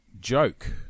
Joke